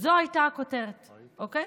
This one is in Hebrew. זו הייתה הכותרת, אוקיי?